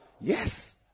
Yes